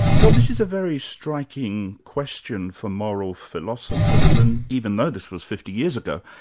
well this is a very striking question for moral philosophers and even though this was fifty years ago,